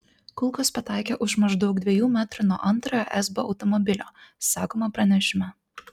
kulkos pataikė už maždaug dviejų metrų nuo antrojo esbo automobilio sakoma pranešime